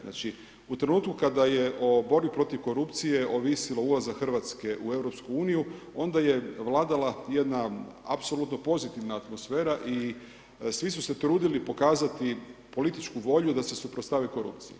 Znači u trenutku kada je o borbi protiv korupcije, ovisilo ulazak Hrvatske u EU, onda je vladala jedna apsolutna pozitivna atmosfera i svi su se trudili pokazati političku volju da se suprotstave korupciji.